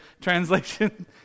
translation